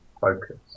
Focus